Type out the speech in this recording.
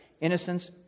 Innocence